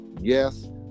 yes